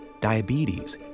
diabetes